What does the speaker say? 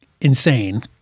insane